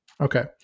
Okay